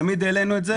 תמיד העלינו את זה.